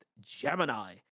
Gemini